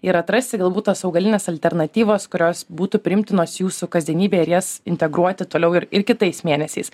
ir atrasti galbūt tas augalines alternatyvas kurios būtų priimtinos jūsų kasdienybėj ir jas integruoti toliau ir ir kitais mėnesiais